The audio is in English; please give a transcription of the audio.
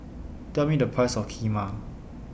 Tell Me The Price of Kheema